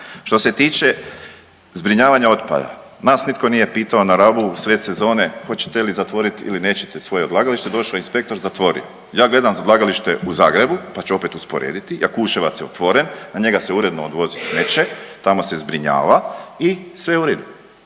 Što se tiče zbrinjavanja otpada, nas nitko nije pitao na Rabu usred sezone hoćete li zatvoriti ili nećete svoje odlagalište. Došao je inspektor zatvorio. Ja gledam odlagalište u Zagrebu, pa ću opet usporediti. Jakuševac je otvoren, na njega se uredno odvozi smeće, tamo se zbrinjava i sve je u redu